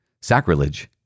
sacrilege